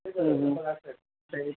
ہوں ہوں